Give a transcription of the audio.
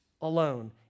alone